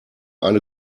eine